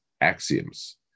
axioms